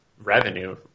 revenue